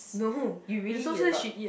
no you really eat a lot